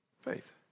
faith